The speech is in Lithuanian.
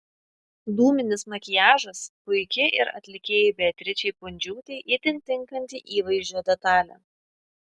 dūminis makiažas puiki ir atlikėjai beatričei pundžiūtei itin tinkanti įvaizdžio detalė